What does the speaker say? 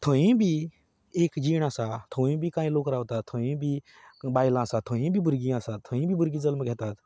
थंय बी एक जीण आसा थंय बी कांय लोक रावतात थंय बी बायलां आसात थंय बी भुरगीं आसात थंय बी भुरगीं जल्म घेतात